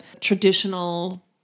traditional